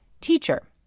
Teacher